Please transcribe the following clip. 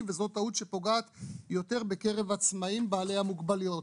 וזאת טעות שפוגעת יותר בעצמאים בעלי מוגבלויות.